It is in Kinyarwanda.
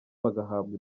bagahabwa